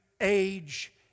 age